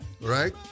Right